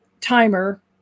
timer